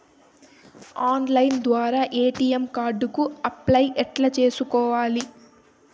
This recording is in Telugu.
ఆన్లైన్ ద్వారా ఎ.టి.ఎం కార్డు కు అప్లై ఎట్లా సేసుకోవాలి?